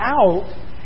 out